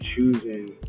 choosing